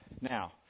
Now